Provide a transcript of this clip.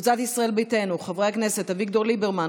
קבוצת סיעת ישראל ביתנו: חברי הכנסת אביגדור ליברמן,